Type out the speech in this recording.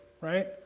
right